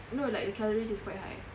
no like the calories is quite high